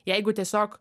jeigu tiesiog